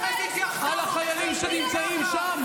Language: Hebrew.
טיפה אחריות של כולנו לחיילים שנמצאים בחזית.